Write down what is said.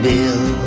Bill